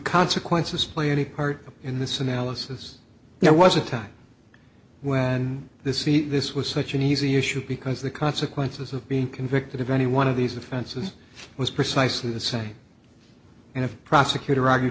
consequences play any part in this analysis there was a time when this week this was such an easy issue because the consequences of being convicted of any one of these offenses was precisely the same and the prosecutor argue